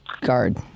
guard